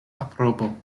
aprobo